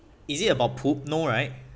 is it about poop no right